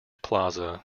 plaza